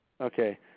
Okay